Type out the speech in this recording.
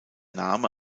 name